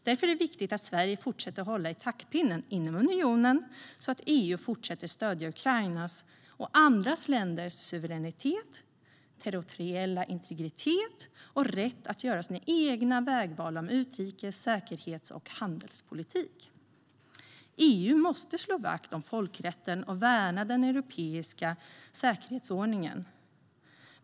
Därför är det viktigt att Sverige fortsätter att hålla i taktpinnen i unionen, så att EU fortsätter att stödja Ukrainas och andra länders suveränitet, territoriella integritet och rätt att göra sina egna vägval i fråga om utrikes-, säkerhets och handelspolitik. EU måste slå vakt om folkrätten och värna den europeiska säkerhetsordningen.